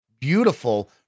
beautiful